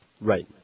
Right